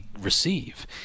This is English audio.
receive